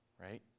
right